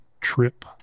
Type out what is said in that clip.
trip